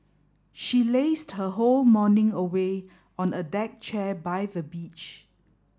she lazed her whole morning away on a deck chair by the beach